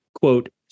quote